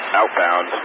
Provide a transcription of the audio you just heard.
outbound